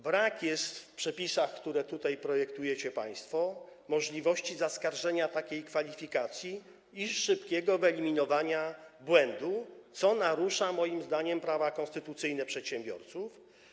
Brakuje w przepisach, które tutaj projektujecie państwo, możliwości zaskarżenia takiej kwalifikacji i szybkiego wyeliminowania błędu, co narusza moim zdaniem prawa konstytucyjne przedsiębiorców.